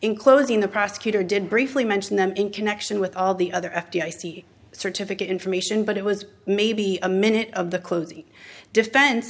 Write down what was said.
in closing the prosecutor did briefly mention them in connection with all the other f d i c certificate information but it was maybe a minute of the closing defen